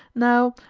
now,